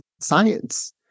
science